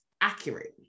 accurate